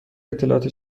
اطلاعات